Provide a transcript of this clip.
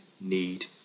need